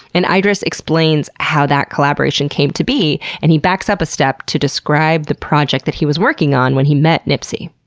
and iddris explains how that collaboration came to be, and he backs up a step to describe the project he was working on when he met nipsey.